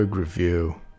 Review